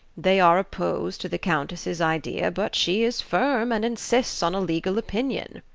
they are opposed to the countess's idea but she is firm, and insists on a legal opinion.